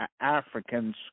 Africans